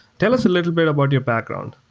tell us a little bitt about your background.